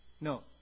No